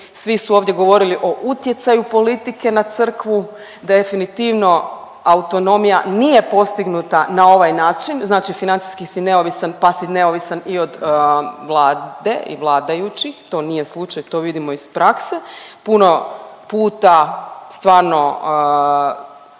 Svi su ovdje govorili o utjecaju politike na crkvu. Definitivno autonomija nije postignuta na ovaj način, znači financijski si neovisan pa si neovisan i od Vlade i vladajućih. To nije slučaj, to vidimo iz prakse. Puno puta stvarno